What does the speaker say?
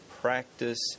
practice